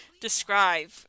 describe